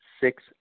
six